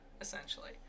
essentially